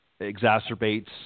exacerbates